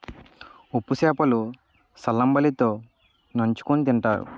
ఉప్పు సేప లు సల్లంబలి తో నంచుకుని తింతారు